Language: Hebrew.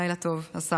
לילה טוב, השר.